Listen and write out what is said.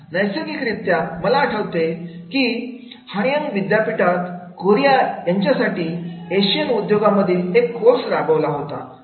नैसर्गिक रित्या मला आठवते की मी हानयंग विद्यापीठ कोरिया यांच्यासाठी एशियन उद्योगांमधील एक कोर्स राबवला होता